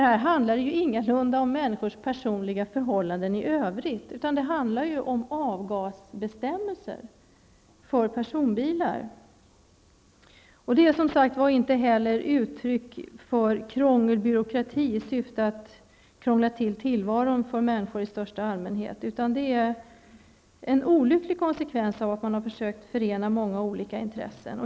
Här handlar det ju ingalunda om människors personliga förhållanden i övrigt, utan det handlar om avgasbestämmelser för personbilar. Det är inte heller uttryck för krångelbyråkrati i syfte att krångla till tillvaron för människor i största allmänhet, utan det är en olycklig konsekvens av att man har försökt förena många olika intressen.